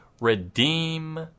redeem